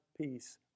peace